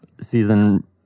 Season